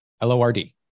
L-O-R-D